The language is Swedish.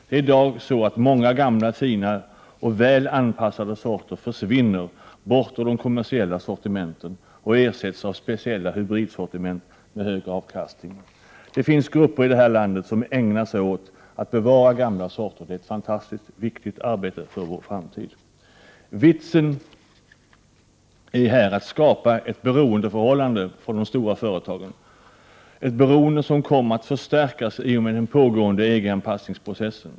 Det är i dag så att många gamla fina och väl anpassade sorter försvinner bort ur de kommersiella sortimenten och ersätts av speciella hybridsortiment med hög avkastning. Det finns grupper i det här landet som ägnar sig åt att bevara gamla sorter. Det är ett fantastiskt viktigt arbete för vår framtid. Vitsen är här att skapa ett beroendeförhållande från de stora företagen — ett beroende som kommer att förstärkas i och med den pågående EG anpassningsprocessen.